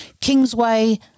Kingsway